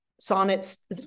sonnets